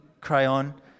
crayon